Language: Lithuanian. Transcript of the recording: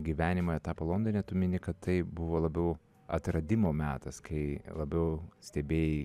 gyvenimo etapą londone tu mini kad taip buvo labiau atradimų metas kai labiau stebėjai